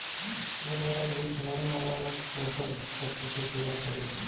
उर्वरक भी फसल में अलग अलग पोषण तत्व के पूरा करेला